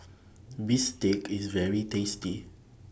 Bistake IS very tasty